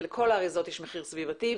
ולכל האריזות יש מחיר סביבתי.